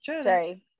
sorry